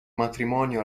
matrimonio